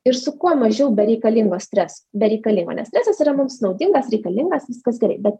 ir su kuo mažiau bereikalingo streso bereikalingo nes stresas yra mums naudingas reikalingas viskas gerai bet